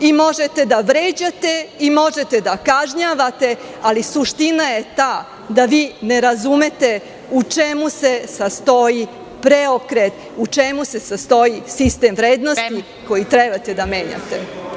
Možete da vređate, i možete da kažnjavate, ali suština je ta da vi ne razumete u čemu se sastoji preokret, u čemu se sastoji sistem vrednosti koji treba da menjate.